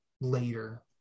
later